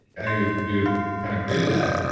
ah who who kind of created that,